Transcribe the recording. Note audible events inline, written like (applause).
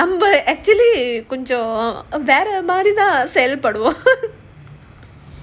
அந்த:andha actually கொஞ்சம் வேற ஒரு மாதிரி தான் செயல்படுவோம்:konjam vera oru maadhiri thaan seyalpaduvom (laughs)